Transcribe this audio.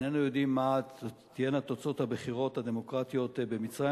איננו יודעים מה תהיינה תוצאות הבחירות הדמוקרטיות במצרים,